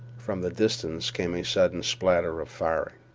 from the distance came a sudden spatter of firing.